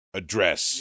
address